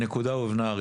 הנקודה הובנה אריה.